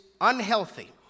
unhealthy